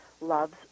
loves